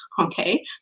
okay